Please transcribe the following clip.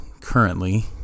currently